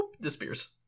disappears